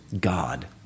God